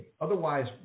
Otherwise